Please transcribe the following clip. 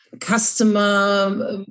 customer